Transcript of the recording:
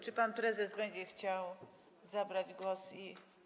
Czy pan prezes będzie chciał zabrać głos i.